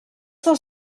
dels